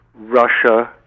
Russia